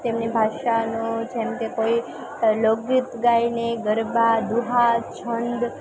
તેમની ભાષાનો જેમકે કોઈ લોક ગીત ગાઈને ગરબા દુહા છંદ